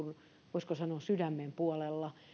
voisiko sanoa sydämen puolella